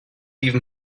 even